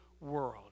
world